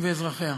ואזרחיה.